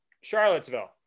charlottesville